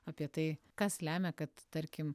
apie tai kas lemia kad tarkim